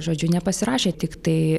žodžiu nepasirašė tiktai